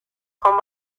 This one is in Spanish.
con